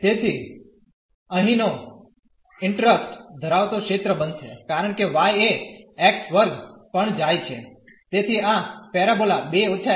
તેથી અહીંનો ઇન્ટરેસ્ટ ધરાવતો ક્ષેત્ર બનશે કારણ કે y એ x2 પર જાય છે તેથી આ પેરાબોલા 2 − x